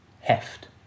heft